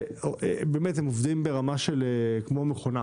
הם באמת עובדים ברמה של מכונה.